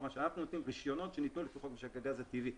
מה שאנחנו עושים רישיונות שניתנו לפי חוק הגז הטבעי,